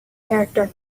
character